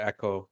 Echo